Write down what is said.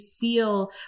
feel